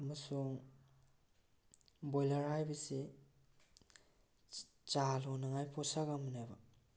ꯑꯃꯁꯨꯡ ꯕꯣꯏꯂꯔ ꯍꯥꯏꯕꯁꯤ ꯆꯥ ꯂꯣꯟꯅꯉꯥꯏ ꯄꯣꯠꯁꯛ ꯑꯃꯅꯦꯕ